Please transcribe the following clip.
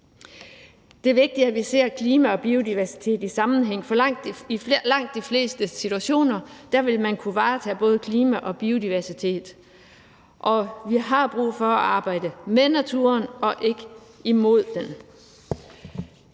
Det er vigtigt, at vi ser klima og biodiversitet i sammenhæng, for i langt de fleste situationer vil man kunne varetage både klima og biodiversitet. Og vi har brug for at arbejde med naturen og ikke imod